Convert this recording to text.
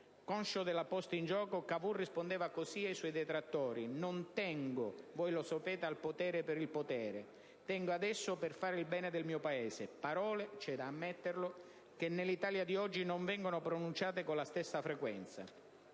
Conscio della posta in gioco, Cavour rispondeva così ai suoi detrattori: «Non tengo, voi lo sapete, al potere per il potere. Tengo ad esso per fare il bene del mio Paese». Parole, c'è da ammetterlo, che nell'Italia di oggi non vengono pronunciate con la stessa frequenza.